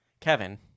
Kevin